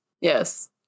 Yes